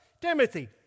Timothy